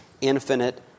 infinite